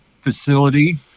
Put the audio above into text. facility